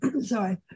sorry